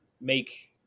make